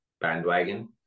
bandwagon